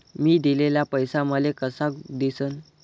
मी दिलेला पैसा मले कसा दिसन?